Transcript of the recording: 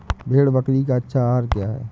भेड़ बकरी का अच्छा आहार क्या है?